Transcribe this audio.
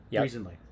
recently